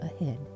ahead